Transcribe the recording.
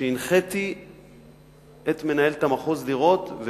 שהנחיתי את מנהלת המחוז לראות,